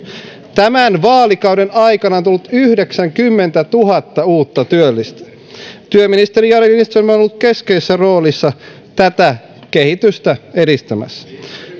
tämän vaalikauden aikana on tullut yhdeksänkymmentätuhatta uutta työllistä työministeri jari lindström on ollut keskeisessä roolissa tätä kehitystä edistämässä